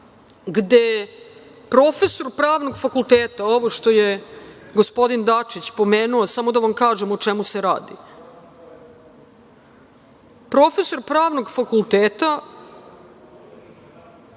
gde profesor Pravnog fakulteta, ovo što je gospodin Dačić pomenuo, samo da vam kažem o čemu se radi, prof. Pravnog fakulteta